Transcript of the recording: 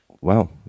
wow